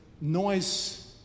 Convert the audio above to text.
noise